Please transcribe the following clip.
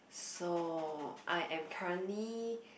so I am currently